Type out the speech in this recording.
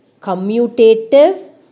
commutative